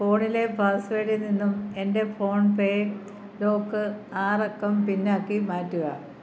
ഫോണിലെ പാസ്വേഡിൽ നിന്നും എൻ്റെ ഫോൺപേ ലോക്ക് ആറക്കം പിന്ന് ആക്കി മാറ്റുക